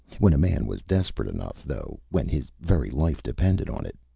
when a man was desperate enough, though, when his very life depended on it,